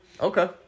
Okay